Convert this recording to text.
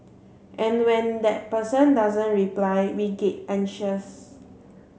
and when that person doesn't reply we get anxious